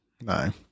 No